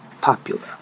popular